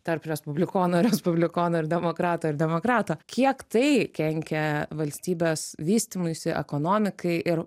tarp respublikonų respublikonų ir demokratų ir demokratų kiek tai kenkia valstybės vystymuisi ekonomikai ir